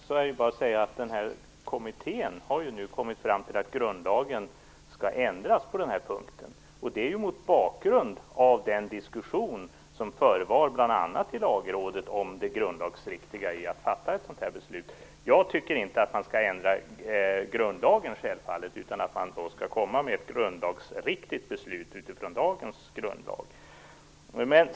Herr talman! Kommunalekonomiska kommittén har ju nu kommit fram till att grundlagen skall ändras på denna punkt, detta mot bakgrund av den diskussion som har förevarit i bl.a. Lagrådet om det grundlagsenliga i att fatta den här typen av beslut. Jag tycker självfallet inte att man skall ändra grundlagen, utan att man skall fatta ett grundlagsenligt beslut utifrån dagens grundlag.